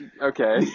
Okay